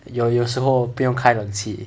有有时候不用开冷气